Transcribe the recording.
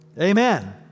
Amen